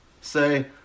Say